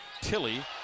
Tilly